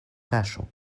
kaŝu